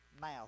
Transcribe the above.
mouth